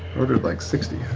ordered like sixty.